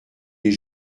les